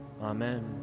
Amen